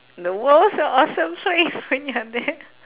the world's a awesome place when you're there